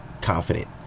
confident